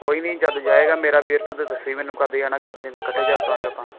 ਕੋਈ ਨਹੀਂ ਜਦੋਂ ਜਾਏਗਾ ਮੇਰਾ ਵੀਰ ਤੂੰ ਤਾਂ ਦੱਸੀ ਮੈਨੂੰ ਕਦੋਂ ਜਾਣਾ ਕਦੋਂ ਨਹੀਂ ਤਾਂ ਇਕੱਠੇ ਚੱਲ ਪਾਂਗੇ ਆਪਾਂ